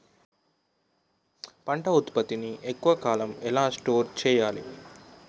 పంట ఉత్పత్తి ని ఎక్కువ కాలం ఎలా స్టోర్ చేయాలి?